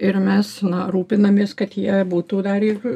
ir mes na rūpinamės kad jie būtų dar ir